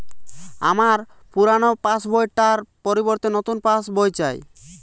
আমার পুরানো পাশ বই টার পরিবর্তে নতুন পাশ বই চাই